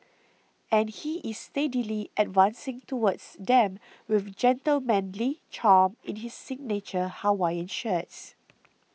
and he is steadily advancing towards them with gentlemanly charm in his signature Hawaiian shirts